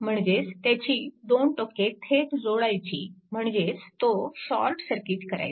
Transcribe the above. म्हणजेच त्याची दोन टोके थेट जोडायची म्हणजेच तो शॉर्ट सर्किट करायचा